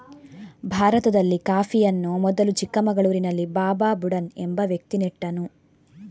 ಭಾರತದಲ್ಲಿ ಕಾಫಿಯನ್ನು ಮೊದಲು ಚಿಕ್ಕಮಗಳೂರಿನಲ್ಲಿ ಬಾಬಾ ಬುಡನ್ ಎಂಬ ವ್ಯಕ್ತಿ ನೆಟ್ಟನು